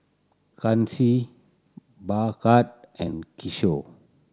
Kanshi Bhagat and Kishore